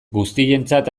guztientzat